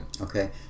Okay